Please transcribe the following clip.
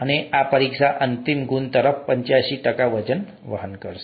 અને આ પરીક્ષા અંતિમ ગુણ તરફ પચાસી ટકા વજન વહન કરશે